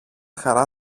χαρά